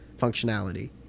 functionality